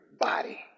body